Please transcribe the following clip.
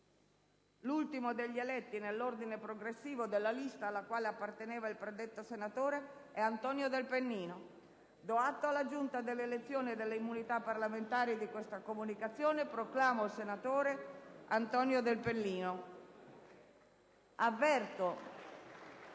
l'ultimo degli eletti nell'ordine progressivo della lista alla quale apparteneva il predetto senatore è Antonio Del Pennino. Do atto alla Giunta delle elezioni e delle immunità parlamentari di questa sua comunicazione e proclamo senatore Antonio Del Pennino.